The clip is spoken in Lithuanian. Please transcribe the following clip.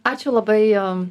ačiū labai